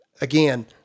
again